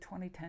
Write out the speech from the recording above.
2010